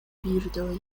birdoj